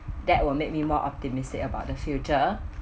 that would make me more optimistic about the future